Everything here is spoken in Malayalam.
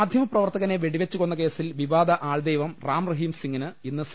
മാധ്യമ പ്രവർത്തകനെ വെടിവെച്ചു കൊന്ന കേസിൽ വിവാദ ആൾ ദൈവം റാം റഹീം സിംഗിന് ഇന്ന് സി